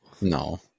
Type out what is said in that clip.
no